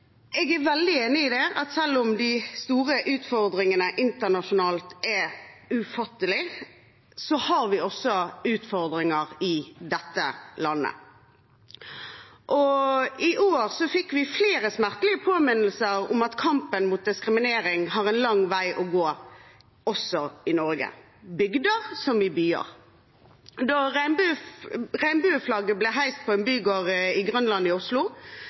jeg er veldig enig i at selv om at de store utfordringene internasjonalt er ufattelige, har vi også utfordringer i dette landet. I år har vi fått flere smertelige påminnelser om at kampen mot diskriminering har en lang vei å gå, også i Norge – på bygda som i byer. Da regnbueflagget ble heist på en bygård på Grønland i Oslo,